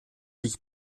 jich